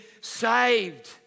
saved